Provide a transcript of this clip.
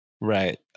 right